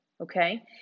Okay